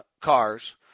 cars